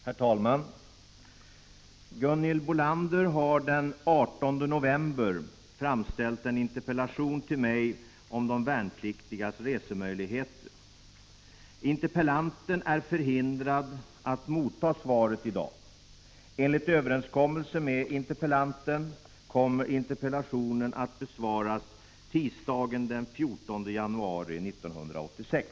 Herr talman! Gunhild Bolander har den 18 november framställt en interpellation till mig om de värnpliktigas resemöjligheter. Hon är förhindrad att motta svaret i dag. Enligt överenskommelse med interpellanten kommer interpellationen att besvaras tisdagen den 14 januari 1986.